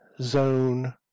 Zone